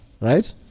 Right